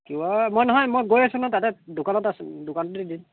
Q আৰ মই নহয় মই গৈ আছোঁ নহয় তাতে দোকানত দোকানতে দি দিম